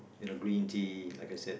you know green tea like I said